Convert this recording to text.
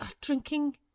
drinking